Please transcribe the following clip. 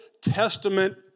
Testament